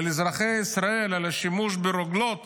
השימוש ברוגלות